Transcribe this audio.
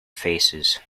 faces